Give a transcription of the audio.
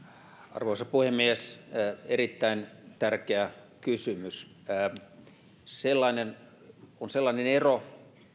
arvoisa puhemies erittäin tärkeä kysymys on sellainen ero